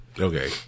Okay